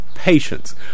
patience